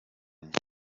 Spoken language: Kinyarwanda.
kanaka